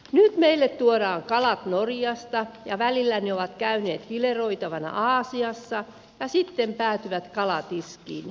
nyt meille tuodaan kalat norjasta ja välillä ne ovat käyneet fileoitavina aasiassa ja sitten päätyvät kalatiskiin